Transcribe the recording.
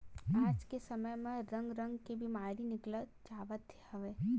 आज के समे म रंग रंग के बेमारी निकलत जावत हवय